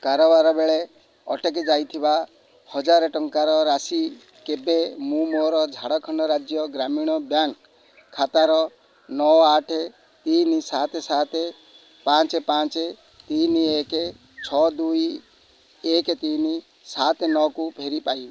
କାରବାର ବେଳେ ଅଟକି ଯାଇଥିବା ହଜାର ଟଙ୍କାର ରାଶି କେବେ ମୁଁ ମୋର ଝାଡ଼ଖଣ୍ଡ ରାଜ୍ୟ ଗ୍ରାମୀଣ ବ୍ୟାଙ୍କ୍ ଖାତାର ନଅ ଆଠ ତିନି ସାତ ସାତ ପାଞ୍ଚ ପାଞ୍ଚ ତିନି ଏକ ଛଅ ଦୁଇ ଏକ ତିନି ସାତ ନଅକୁ ଫେରି ପାଇବି